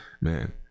man